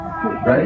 Right